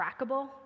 trackable